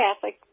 Catholic